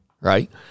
right